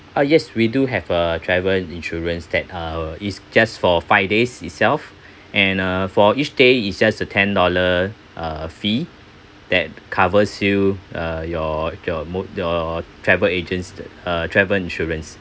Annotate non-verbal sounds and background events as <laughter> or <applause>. ah yes we do have a travel insurance that uh is just for five days itself <breath> and uh for each day is just 9uh) ten dollar uh fee that covers you uh your your mode your travel agents uh travel insurance